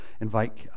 invite